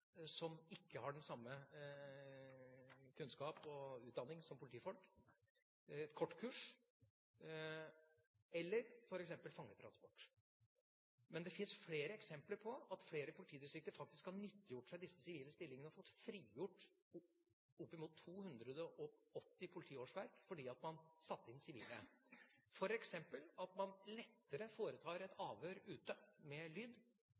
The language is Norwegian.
har ikke den samme kunnskap og utdanning som politifolk – og fangetransport. Men det fins flere eksempler på at politidistrikter faktisk har nyttiggjort seg de sivile stillingene og fått frigjort oppimot 280 politiårsverk fordi man satte inn sivile. Man kan f.eks. lettere foreta et avhør ute med